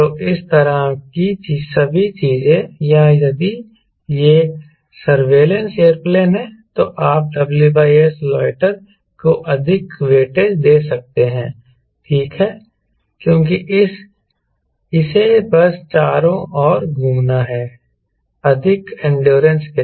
तो इस तरह की सभी चीजें या यदि यह सर्विलेंस एयरप्लेन है तो आप WS लोटर को अधिक वेटेज दे सकते हैं ठीक है क्योंकि इसे बस चारों ओर घूमना है अधिक एंडोरेंस के साथ